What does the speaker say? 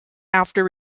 after